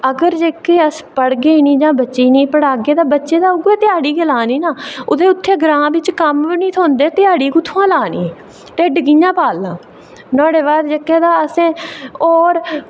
अगर जेकर अस पढ़गे निं जां बच्चें गी पढ़ागे गै नेईं तां बच्चें उ'ऐ ध्याड़ी गै लानी नी ते उत्थें ग्रांऽ बिच कम्म निं थ्होंदे ते ध्याड़ी कुत्थां लानी ढिड्ड कि'यां पालना नुहाड़े बाद जेह्के तां असें होर